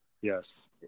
Yes